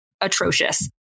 atrocious